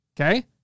Okay